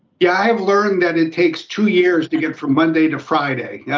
yeah, i have learned that it takes two years to get from monday to friday. yeah